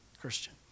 Christian